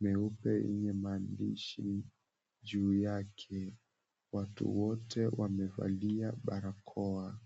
meupe yenye maandishi juu yake. Watu wote wamevalia barakoa.